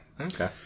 Okay